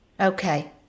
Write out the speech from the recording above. Okay